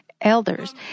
elders